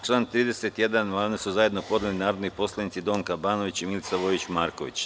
Na član 31. amandman su zajedno podnele narodni poslanici Donka Banović i Milica Vojić Marković.